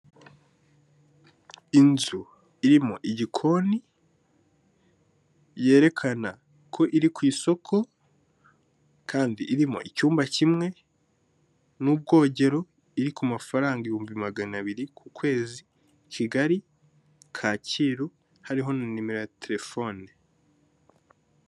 Inzu irimo igikoni yerekana ko iri ku isoko kandi irimo icyumba kimwe n'ubwogero iri ku mafaranga ibihumbi magana abiri ku kwezi Kigali Kacyiru hariho na nimero ya telefone.